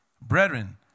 Brethren